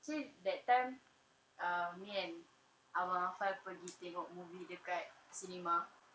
say that time err me and abang afal pergi tengok movie dekat cinema movie apa